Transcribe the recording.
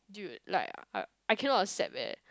dude like I~ I cannot accept eh